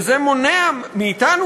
וזה מונע מאתנו,